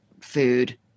food